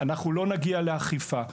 אנחנו לא נגיע לאכיפה.